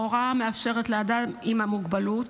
ההוראה המאפשרת לאדם עם המוגבלות